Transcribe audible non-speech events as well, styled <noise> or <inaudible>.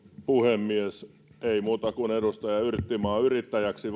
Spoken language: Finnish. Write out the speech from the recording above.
puhemies ei muuta kuin edustaja yrttiaho yrittäjäksi <unintelligible>